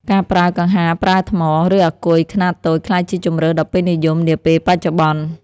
ការប្រើកង្ហារប្រើថ្ម ឬអាគុយខ្នាតតូច ក្លាយជាជម្រើសដ៏ពេញនិយមនាពេលបច្ចុប្បន្ន។